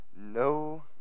No